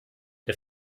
der